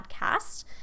podcast